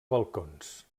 balcons